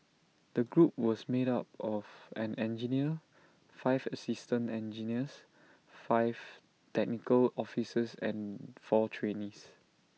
the group was made up of an engineer five assistant engineers five technical officers and four trainees